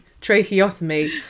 Tracheotomy